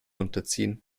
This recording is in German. unterziehen